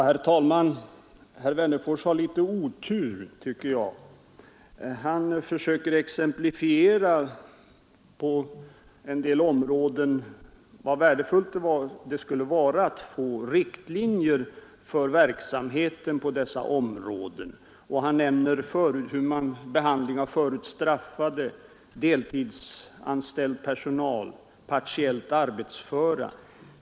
Herr talman! Herr Wennerfors har litet otur, tycker jag. Han försöker exemplifiera med en del områden där det skulle vara värdefullt att få riktlinjer för verksamheten. Han nämner behandling av förut straffade, deltidsanställd personal, partiellt arbetsföra.